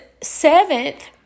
seventh